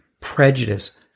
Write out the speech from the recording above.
prejudice